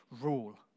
rule